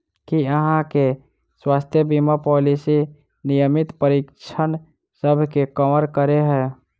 की अहाँ केँ स्वास्थ्य बीमा पॉलिसी नियमित परीक्षणसभ केँ कवर करे है?